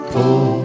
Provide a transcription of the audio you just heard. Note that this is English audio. Pull